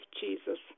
Jesus